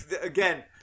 again